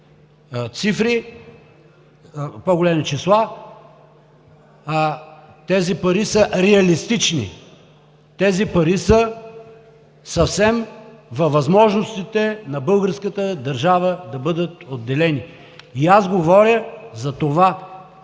много по големи числа. Тези пари са реалистични, тези пари са съвсем във възможностите на българската държава да бъдат отделени, и аз говоря за това.